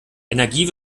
energie